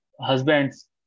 husbands